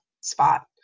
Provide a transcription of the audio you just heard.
spot